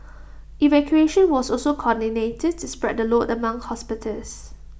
evacuation was also coordinated to spread the load among hospitals